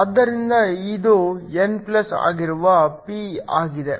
ಆದ್ದರಿಂದ ಇದು n ಆಗಿರುವ p ಆಗಿದೆ